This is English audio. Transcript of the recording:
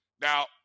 Now